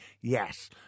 Yes